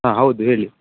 ಹಾಂ ಹೌದು ಹೇಳಿ